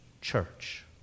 church